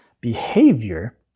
behavior